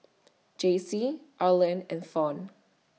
Jaycie Arland and Fawn